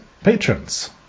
patrons